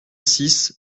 six